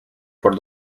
por